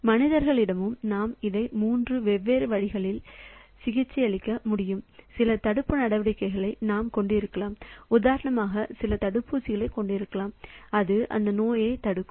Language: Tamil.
மனிதர்களிடம் நாம் அதை மூன்று வெவ்வேறு வழிகளில் சிகிச்சையளிக்க முடியும் சில தடுப்பு நடவடிக்கைகளை நாம் கொண்டிருக்கலாம் உதாரணமாக சில தடுப்பூசிகளைக் கொண்டிருக்கலாம் அது அந்த நோய்களைத் தடுக்கும்